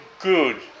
good